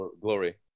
glory